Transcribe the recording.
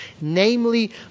namely